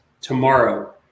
tomorrow